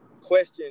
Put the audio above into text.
question